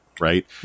right